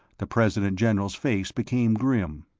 the president-general's face-became grim.